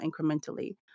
incrementally